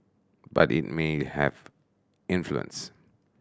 but it may have influence